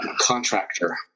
contractor